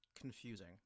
confusing